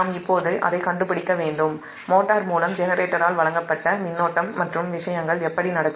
நாம் இப்போது அதைக் கண்டுபிடிக்க வேண்டும் மோட்டார் மூலம் ஜெனரேட்டரால் வழங்கப்பட்ட மின்னோட்டம் மற்றும் விஷயங்கள் எப்படி நடக்கும்